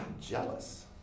jealous